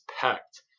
packed